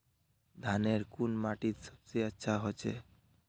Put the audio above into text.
धानेर कुन माटित सबसे अच्छा होचे?